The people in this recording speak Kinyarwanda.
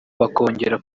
bakongera